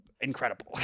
incredible